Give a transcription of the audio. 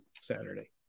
Saturday